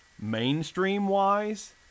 mainstream-wise